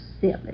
silly